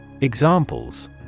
Examples